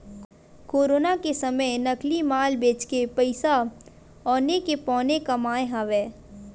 corona के समे नकली माल बेचके पइसा औने के पौने कमाए हवय